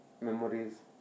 memories